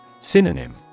Synonym